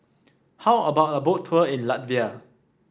how about a Boat Tour in Latvia